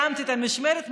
סיימתי את המשמרת,